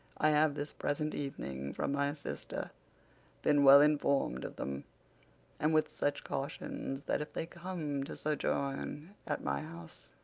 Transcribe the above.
i have this present evening from my sister been well inform'd of them and with such cautions that if they come to sojourn at my house,